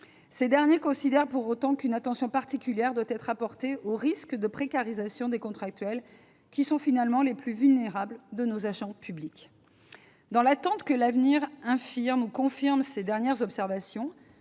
Ces derniers considèrent pour autant qu'une attention particulière doit être portée aux risques de précarisation des contractuels, qui sont finalement les plus vulnérables de nos agents publics. Dans l'attente que l'avenir infirme ou confirme ces dernières observations,